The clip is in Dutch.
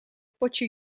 potje